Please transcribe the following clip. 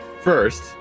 first